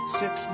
six